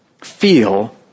feel